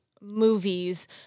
movies